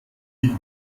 die